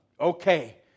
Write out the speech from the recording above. okay